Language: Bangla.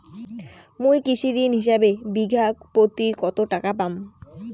মুই কৃষি ঋণ হিসাবে বিঘা প্রতি কতো টাকা পাম?